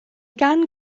gan